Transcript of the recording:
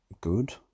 good